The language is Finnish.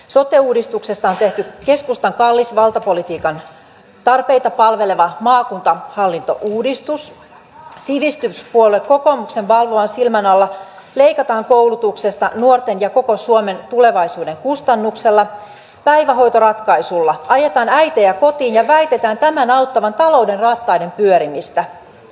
sote uudistuksesta on tehty keskustan kallis valtapolitiikan tarpeita palveleva maakuntahallintouudistus sivistyspuolue kokoomuksen valvovan silmän alla leikataan koulutuksesta nuorten ja koko suomen tulevaisuuden kustannuksella päivähoitoratkaisulla ajetaan äitejä kotiin ja väitetään tämän auttavan talouden rattaiden pyörimistä